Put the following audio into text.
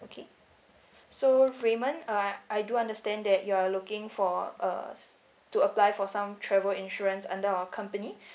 okay so raymond uh I I do understand that you are looking for uh to apply for some travel insurance under our company